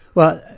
well,